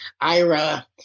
Ira